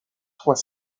trois